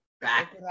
back